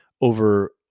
over